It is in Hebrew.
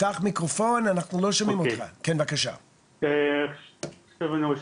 בבקשה לא נשמע